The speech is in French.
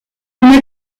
une